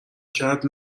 کرد